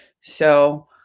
So-